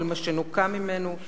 כל מה שנוכה ממנו,